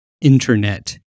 internet